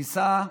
ניסה,